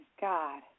God